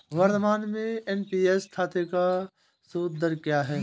वर्तमान में एन.पी.एस खाते का सूद दर क्या है?